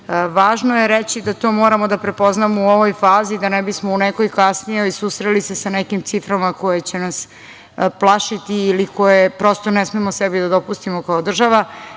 je reći da to moramo da prepoznamo u ovoj fazi, da ne bismo u nekoj kasnijoj susreli se sa nekim ciframa koje će nas plašiti ili koje prosto ne smemo sebi da dopustimo kao država.